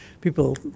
People